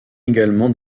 également